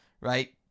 Right